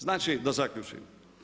Znači da zaključim.